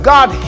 God